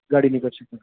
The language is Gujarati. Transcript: ગાડી નીકળશે હા